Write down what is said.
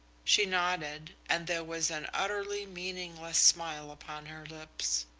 she nodded, and there was an utterly meaningless smile upon her lips.